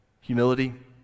humility